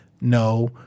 no